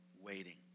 waiting